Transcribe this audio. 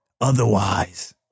otherwise